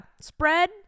spread